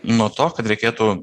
nuo to kad reikėtų